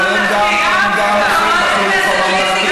אבל הם מופיעים גם בחינוך הממלכתי.